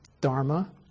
Dharma